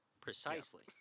Precisely